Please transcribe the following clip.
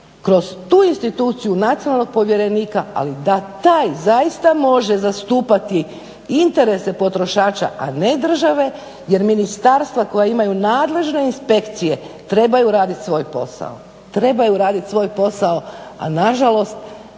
kroz tu instituciju nacionalnog povjerenika ali da taj zaista može zastupati interese potrošača, a ne države jer ministarstva koja imaju nadležne inspekcije trebaju raditi svoj posao, a nažalost